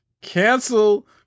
Cancel